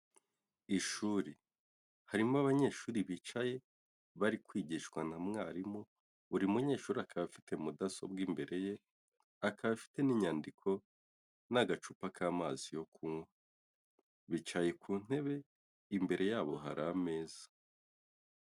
Ishuri harimo abanyeshuri bicaye bari kwigishwa na mwarimu buri munyeshuri akaba afite mudasobwa imbere ye akaba afite n'inyandiko n'agacupa k'amazi yo kunywa bicaye ku ntebe imbere yabo hari ameza.